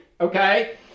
okay